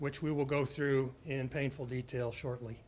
which we will go through in painful detail shortly